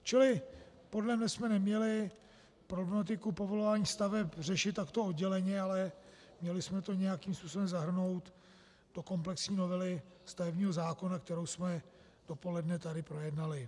Čili podle mne jsme neměli problematiku povolování staveb řešit takto odděleně, ale měli jsme to nějakým způsobem zahrnout do komplexní novely stavebního zákona, kterou jsme dopoledne tady projednali.